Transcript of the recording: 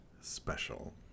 special